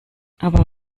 aber